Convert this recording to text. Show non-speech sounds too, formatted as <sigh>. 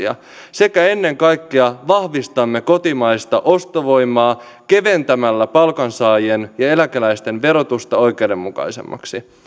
<unintelligible> ja päiväkoteja sekä ennen kaikkea vahvistamme kotimaista ostovoimaa keventämällä palkansaajien ja eläkeläisten verotusta oikeudenmukaisemmaksi